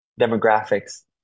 demographics